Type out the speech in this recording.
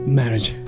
marriage